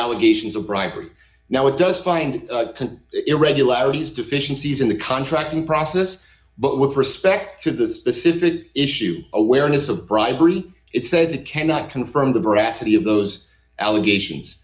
allegations of bribery now it does find irregularities deficiencies in the contracting process but with respect to the specific issue awareness of bribery it says it cannot confirm the veracity of those allegations